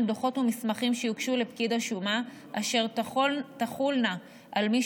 דוחות ומסמכים שיוגשו לפקיד השומה אשר תחולנה על מי